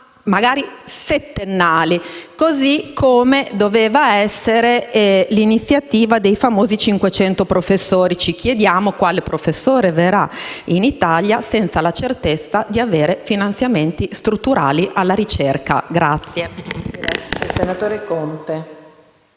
piani settennali, così come doveva essere l'iniziativa dei famosi 500 professori. Ci chiediamo quale professore verrà in Italia senza la certezza di avere finanziamenti strutturali alla ricerca.